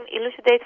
elucidate